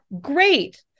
Great